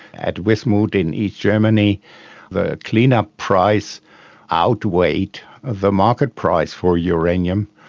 at wismut in east germany the clean-up price outweighed the market price for uranium,